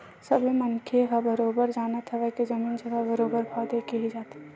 सबे मनखे ह बरोबर जानत हवय के जमीन जघा ह बरोबर भाव देके ही जाथे